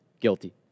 guilty